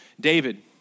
David